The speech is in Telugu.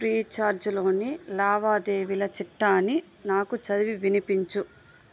ఫ్రీచార్జ్లోని లావాదేవీల చిట్టాని నాకు చదివి వినిపించు